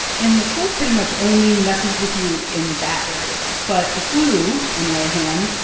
and the cold pretty much only messes with you in that area. but the flu, on the other hand,